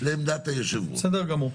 בסדר גמור.